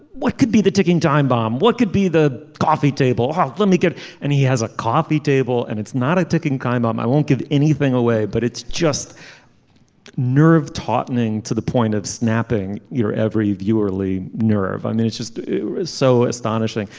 what could be the ticking time bomb. what could be the coffee table. ah let me get and he has a coffee table and it's not a ticking time bomb. um i won't give anything away but it's just nerve tightening to the point of snapping snapping your every viewer lee nerve. i mean it's just was so astonishing.